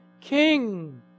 king